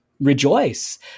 Rejoice